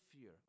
fear